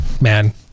man